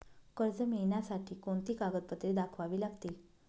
कर्ज मिळण्यासाठी कोणती कागदपत्रे दाखवावी लागतील?